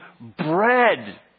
bread